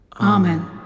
Amen